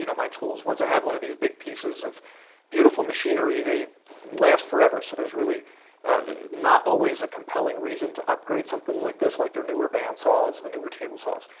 you know my tools. once i have one of these big pieces of beautiful machinery, they last forever so there's really not always a compelling reason to upgrade something like this, like their newer bandsaws, the newer table saws.